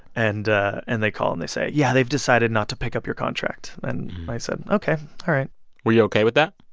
and ah and they call and they say, yeah, they've not to pick up your contract. and i said, ok, all right were you ok with that?